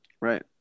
Right